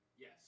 yes